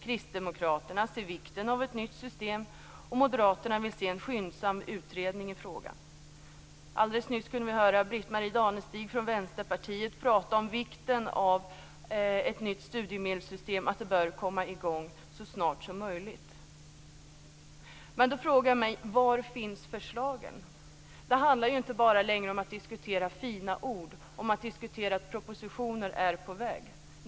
Kristdemokraterna ser vikten av ett nytt system, och Moderaterna vill se en skyndsam utredning i frågan. Alldeles nyss kunde vi höra Britt-Marie Danestig från Vänsterpartiet prata om vikten av ett nytt studiemedelssystem och att detta bör komma i gång så snart som möjligt. Men då frågar jag mig: Var finns förslagen? Det handlar ju inte längre bara om att diskutera fina ord, om att diskutera att propositionen är på väg.